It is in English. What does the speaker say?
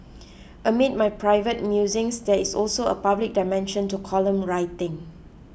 amid my private musings there is also a public dimension to column writing